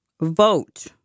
Vote